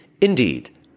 Indeed